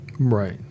Right